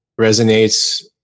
resonates